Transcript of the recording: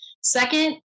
Second